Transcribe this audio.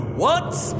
whats